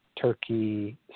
turkey